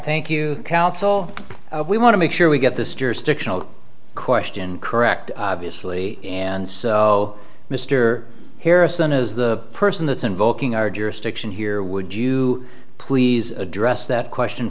thank you counsel we want to make sure we get this jurisdictional question correct obviously and so mr harrison is the person that's invoking our jurisdiction here would you please address that question